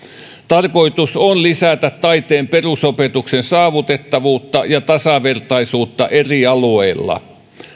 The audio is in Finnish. tarkoitus on lisätä taiteen perusopetuksen saavutettavuutta ja tasavertaisuutta eri alueilla